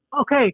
Okay